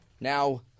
now